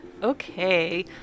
Okay